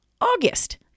August